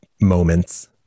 moments